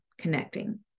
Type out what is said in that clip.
connecting